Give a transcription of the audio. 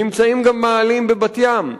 נמצאים גם מאהלים בבת-ים.